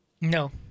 No